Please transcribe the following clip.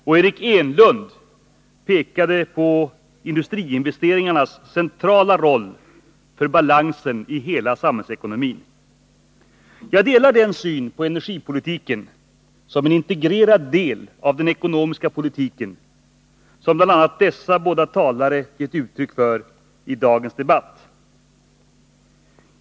Och Eric Enlund pekade på industriinvesteringarnas centrala roll för balansen i hela samhällsekonomin. Jag delar den syn på energipolitiken som en integrerad del av den ekonomiska politiken som bl.a. dessa båda talare gett uttryck för i dagens debatt.